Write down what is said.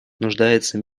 нуждается